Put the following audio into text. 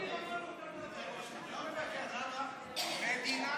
מדינה